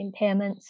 impairments